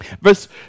Verse